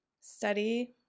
study